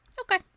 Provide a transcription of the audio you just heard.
Okay